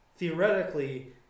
Theoretically